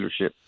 dealership